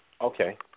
Okay